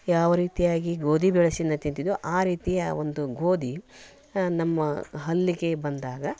ಯಾವ ರೀತಿಯಾಗಿ ಗೋಧಿ ಬೆಳಸಿನ್ನ ತಿಂತಿದ್ದೆವೋ ಆ ರೀತಿಯ ಒಂದು ಗೋಧಿ ನಮ್ಮ ಹಲ್ಲಿಗೆ ಬಂದಾಗ